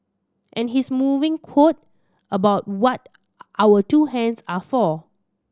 and his moving quote about what our two hands are for